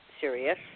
serious